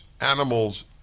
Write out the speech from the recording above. animals